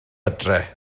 adre